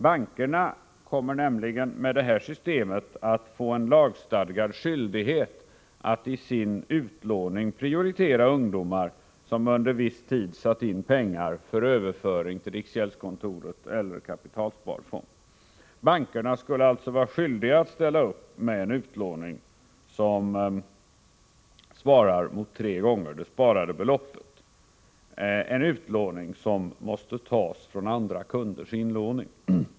Bankerna kommer med det här systemet att få en lagstadgad skyldighet att i sin utlåning prioritera ungdomar som under viss tid satt in pengar för överföring till riksgäldskontoret eller kapitalsparfond. Bankerna skulle alltså vara skyldiga att ställa upp med en utlåning som svarar mot tre gånger det sparade beloppet — en utlåning som måste tas från andra kunders inlåning.